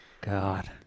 God